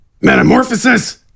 Metamorphosis